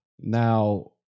Now